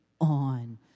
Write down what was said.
on